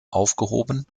aufgehoben